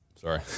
sorry